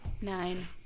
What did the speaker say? Nine